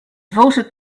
voted